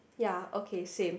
ya okay same